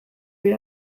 wie